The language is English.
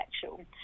sexual